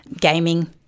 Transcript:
gaming